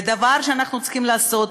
ודבר שאנחנו צריכים לעשות,